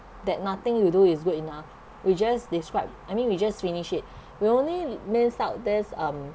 that nothing you do is good enough we just describe I mean we just finish it we only miss out this um